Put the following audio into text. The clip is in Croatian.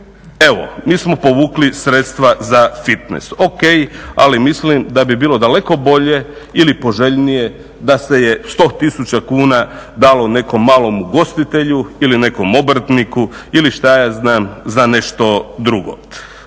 Evo mi smo povukli sredstva za fitnes. O.k. Ali mislim da bi bilo daleko bolje ili poželjnije da se je 100 000 kuna dalo nekom malom ugostitelju ili nekom obrtniku ili šta ja znam za nešto drugo.